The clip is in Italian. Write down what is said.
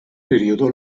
periodo